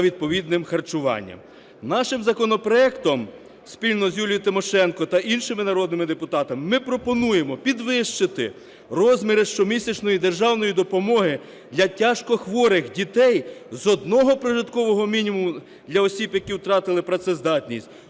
Нашим законопроектом, спільно з Юлією Тимошенко та іншими народними депутатами, ми пропонуємо підвищити розміри щомісячної державної допомоги для тяжко хворих дітей з одного прожиткового мінімуму для осіб, які втратили працездатність,